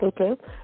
Okay